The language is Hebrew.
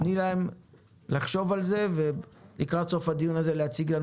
תני להם לחשוב על זה ולקראת סוף הדיון הזה להציג לנו